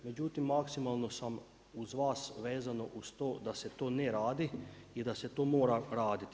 Međutim, maksimalno sam uz vas vezano uz to da se to ne radi i da se to mora raditi.